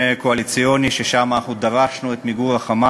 שנה אחרי "צוק איתן",